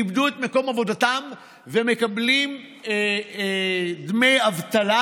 איבדו את מקום עבודתם ומקבלים דמי אבטלה.